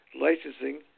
licensing